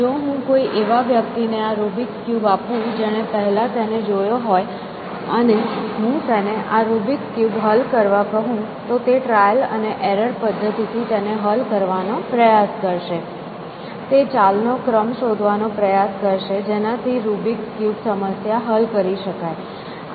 જો હું કોઈ એવા વ્યક્તિને આ રૂબિક્સ ક્યુબ આપું જેણે પહેલા તેને જોયો હોય અને હું તેને આ રૂબિક્સ ક્યુબ હલ કરવા કહું તો તે ટ્રાયલ અને એરર પદ્ધતિથી તેને હલ કરવાનો પ્રયાસ કરશે તે ચાલનો ક્રમ શોધવાનો પ્રયાસ કરશે જેનાથી રૂબિક્સ ક્યુબ સમસ્યા હલ કરી શકાય